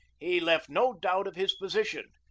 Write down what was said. he left no doubt of his position,